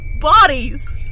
bodies